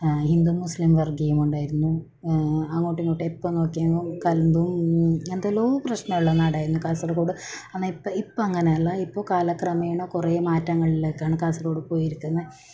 ഹിന്ദു മുസ്ലിം വർഗീയമുണ്ടായിരുന്നു അങ്ങോട്ടുമിങ്ങോട്ടും എപ്പോൾ നോക്കിയാലും കലമ്പും എന്തെല്ലാമോ പ്രശ്നം ഉള്ള നാടായിരുന്നു കാസർഗോഡ് എന്നാൽ ഇപ്പോൾ ഇപ്പോൾ അങ്ങനെ അല്ല ഇപ്പോൾ കാലക്രമേണ കുറേ മാറ്റങ്ങളിലേക്കാണ് കാസർഗോഡ് പോയിരിക്കുന്നത്